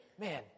man